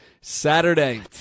Saturday